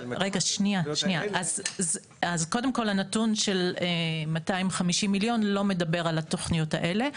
קודם כל הנתון של 250 מיליון לא מדבר על התוכניות האלה.